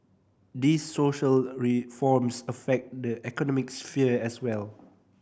these social reforms affect the economic sphere as well